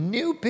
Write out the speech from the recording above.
new